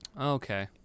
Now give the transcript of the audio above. Okay